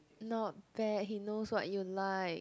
not bad he knows what you like